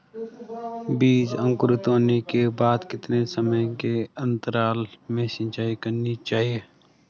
बीज अंकुरित होने के बाद कितने समय के अंतराल में सिंचाई करनी चाहिए?